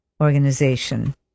organization